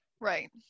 Right